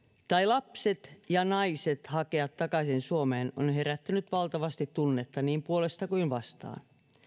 tai lapset ja naiset hakea takaisin suomeen on herättänyt valtavasti tunnetta niin puolesta kuin vastaan